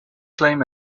claim